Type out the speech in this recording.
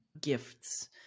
gifts